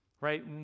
Right